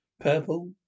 Purple